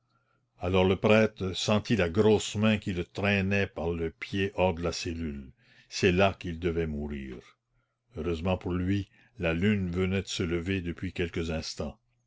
alors le prêtre sentit la grosse main qui le traînait par le pied hors de la cellule c'est là qu'il devait mourir heureusement pour lui la lune venait de se lever depuis quelques instants